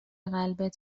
قلبت